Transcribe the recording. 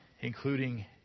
including